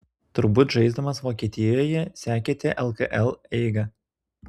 turbūt žaisdamas vokietijoje sekėte lkl eigą